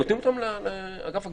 הם נותנים אותם לאגף הגבייה,